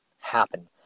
happen